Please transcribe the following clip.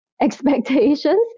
expectations